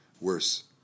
Worse